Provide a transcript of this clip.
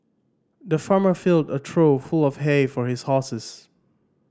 the farmer filled a trough full of hay for his horses